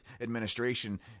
administration